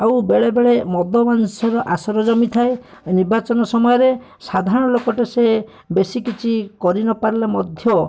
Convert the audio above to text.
ଆଉ ବେଳେବେଳେ ମଦ ମାଂସର ଆସର ଜମିଥାଏ ନିର୍ବାଚନ ସମୟରେ ସାଧାରଣ ଲୋକଟେ ସେ ବେଶୀ କିଛି କରି ନ ପାରିଲେ ମଧ୍ୟ